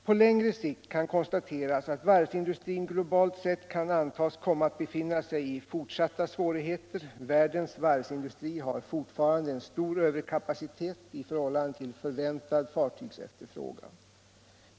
På längre sikt kan konstateras att varvsindustrin globalt sett kan antas komma att befinna sig i fortsatta svårigheter. Världens varvsindustri har fortfarande en stor överkapacitet i förhållande till förväntad fartygsefterfrågan.